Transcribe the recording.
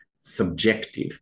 subjective